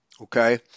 okay